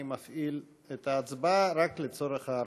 אני מפעיל את ההצבעה, רק לצורך ההרשמה.